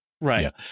Right